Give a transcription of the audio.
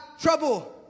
trouble